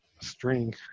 string